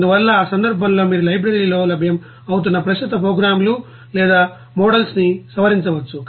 అందువల్ల ఆ సందర్భంలో మీరు లైబ్రరీలో లభ్యం అవుతున్న ప్రస్తుత ప్రోగ్రామ్లు లేదా మోడల్స్ ని సవరించవచ్చు